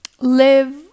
live